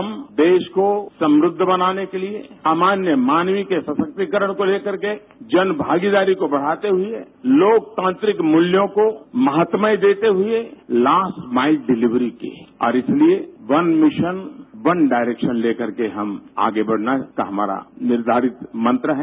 हम देश को समृद्ध बनाने के लिए समान्य मानवी के सशक्तिकरण को लेकर के जन भागीदारी को बढ़ाते हुए लोकतांत्रिक मूल्यों को महात्म्य देते हुए लास्ट माईल डिलीवरी की और इसलिए वन मिशन वन डायरेक्शन लेकर के हम आगे बढ़ने का हमारा निर्धारित मंत्र है